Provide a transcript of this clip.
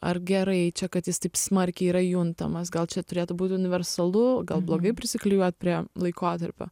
ar gerai čia kad jis taip smarkiai yra juntamas gal čia turėtų būti universalu gal blogai prisiklijuot prie laikotarpio